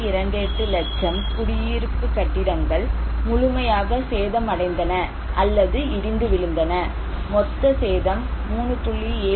28 லட்சம் குடியிருப்பு கட்டிடங்கள் முழுமையாக சேதமடைந்தன அல்லது இடிந்து விழுந்தன மொத்த சேதம் 3